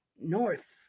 north